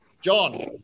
John